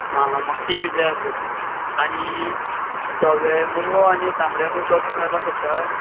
आं हांं म्हाका ती बी जाय आसलेली आनी धवें मुळो आनी तांबडें मुळो तो बी मेळपाक शकता